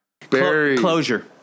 Closure